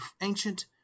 ancient